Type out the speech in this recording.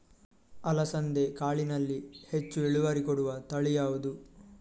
ಅಲಸಂದೆ ಕಾಳಿನಲ್ಲಿ ಹೆಚ್ಚು ಇಳುವರಿ ಕೊಡುವ ತಳಿ ಯಾವುದು?